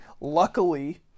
luckily